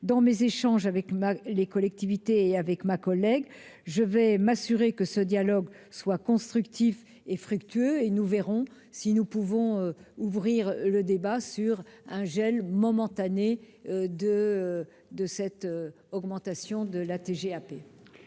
En échangeant avec les collectivités et ma collègue, je m'assurerai que ce dialogue soit constructif et fructueux. Ainsi, nous verrons si nous pouvons ouvrir le débat sur un gel momentané de cette augmentation de la TGAP.